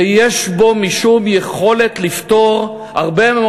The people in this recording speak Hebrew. ויש בו משום יכולת לפתור הרבה מאוד